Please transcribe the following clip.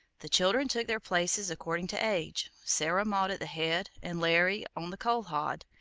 the children took their places according to age, sarah maud at the head and larry on the coal-hod,